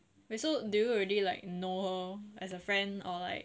so do you really know her as a friend or like